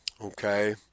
Okay